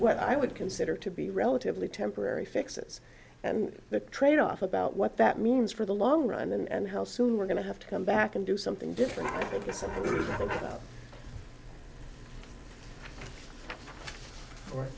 what i would consider to be relatively temporary fixes and the trade off about what that means for the long run and how soon we're going to have to come back and do something different